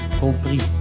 compris